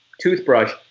toothbrush